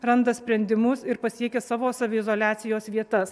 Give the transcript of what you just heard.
randa sprendimus ir pasiekia savo saviizoliacijos vietas